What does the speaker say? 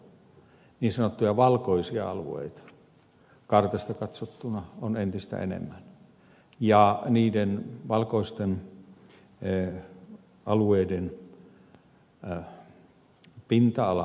niin sanottuja valkoisia alueita kartasta katsottuna on entistä enemmän ja valkoisten alueiden pinta ala tulee kasvamaan